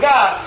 God